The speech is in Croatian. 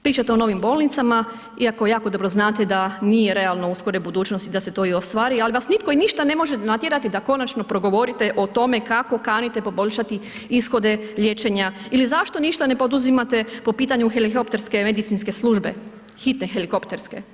Pričate o novim bolnicama iako jako dobro znate da nije realno u skorijoj budućnosti da se to i ostvari ali vas nitko i ništa ne može natjerati da konačno progovorite o tome kako kanite poboljšati ishode liječenja ili zašto ništa ne poduzimate po pitanju helikopterske medicinske službe, hitne helikopterske.